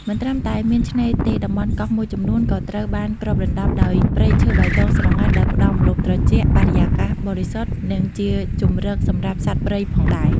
មិនត្រឹមតែមានឆ្នេរទេ តំបន់កោះមួយចំនួនក៏ត្រូវបានគ្របដណ្តប់ដោយ ព្រៃឈើបៃតងស្រងាត់ ដែលផ្តល់ម្លប់ត្រជាក់ បរិយាកាសបរិសុទ្ធ និងជាជម្រកសម្រាប់សត្វព្រៃផងដែរ។